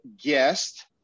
guest